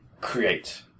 create